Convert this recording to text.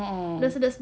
a'ah